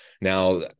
Now